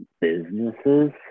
businesses